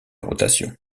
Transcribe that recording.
rotation